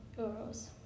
euros